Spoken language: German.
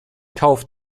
kauf